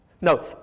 No